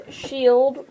shield